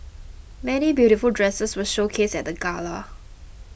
many beautiful dresses were showcased at the Gala